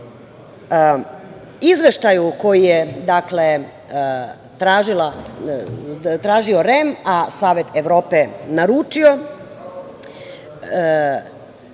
REM-a. Izveštaj koji je tražio REM, a Savet Evrope naručio